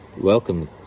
welcome